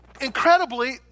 incredibly